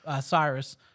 Cyrus